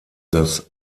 dass